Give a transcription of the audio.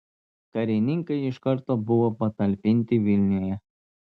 karininkai iš karto buvo patalpinti vilniuje